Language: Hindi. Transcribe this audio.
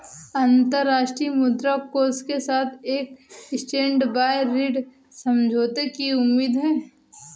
अंतर्राष्ट्रीय मुद्रा कोष के साथ एक स्टैंडबाय ऋण समझौते की उम्मीद है